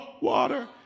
water